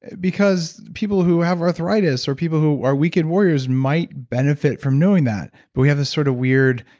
because people who have arthritis or people who are weakened warriors might benefit from doing that, but we have this sort of weird,